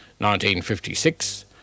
1956